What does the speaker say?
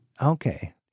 Okay